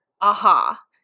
aha